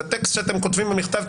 את הטקסט שאתם כותבים במכתב,